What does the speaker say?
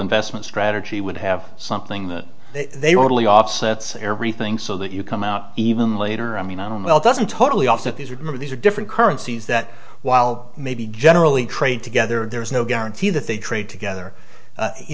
investment strategy would have something that they were really offsets everything so that you come out even later i mean i don't well it doesn't totally offset these remember these are different currencies that while maybe generally trade together there's no guarantee that they trade together